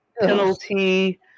penalty